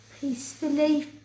peacefully